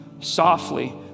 softly